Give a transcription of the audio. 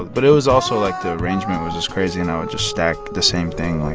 but it was also, like, the arrangement was just crazy. and i would just stack the same thing, like,